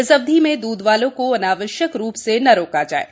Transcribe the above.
इस अवधि में दूध वालों को अनावश्यक रूप से न रोका जाये